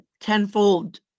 tenfold